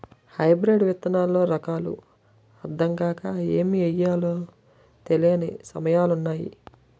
hybrid విత్తనాల్లో రకాలు అద్దం కాక ఏమి ఎయ్యాలో తెలీని సమయాలున్నాయి